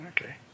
Okay